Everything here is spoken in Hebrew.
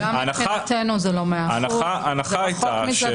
גם מבחינתנו זה לא 100%. זה רחוק מזה,